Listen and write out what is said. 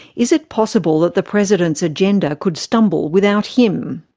is it possible that the president's agenda could stumble without him?